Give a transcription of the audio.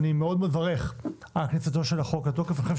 אני מברך מאוד על כניסתו לתוקף של החוק.